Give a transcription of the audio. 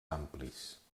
amplis